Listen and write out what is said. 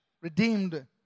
Redeemed